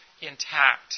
intact